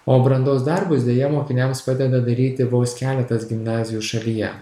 o brandos darbus deja mokiniams padeda daryti vos keletas gimnazijų šalyje